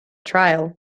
trial